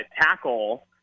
tackle –